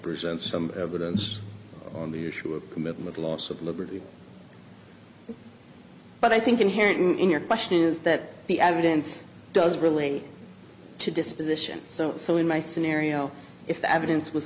present some evidence on the issue of movement or loss of liberty but i think inherent in your question is that the evidence does relate to disposition so so in my scenario if the evidence was